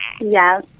Yes